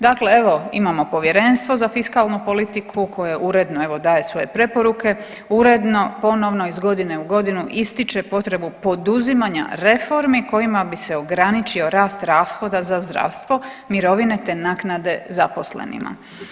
Dakle, evo imamo povjerenstvo za fiskalnu politiku koje uredno evo daje svoje preporuke, uredno, ponovno iz godine u godinu ističe potrebu poduzimanja reformi kojima bi se ograničio rast rashoda za zdravstvo, mirovine te naknade zaposlenima.